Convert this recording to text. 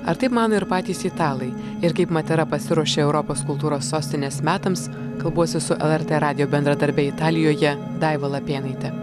ar taip mano ir patys italai ir kaip matera pasiruošė europos kultūros sostinės metams kalbuosi su lrt radijo bendradarbe italijoje daiva lapėnaitė